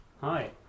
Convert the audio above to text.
Hi